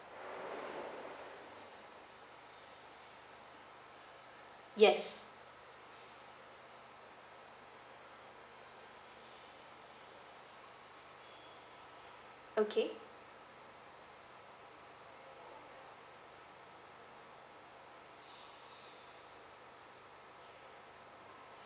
yes okay